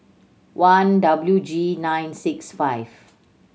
one W G nine six five